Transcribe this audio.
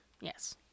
Yes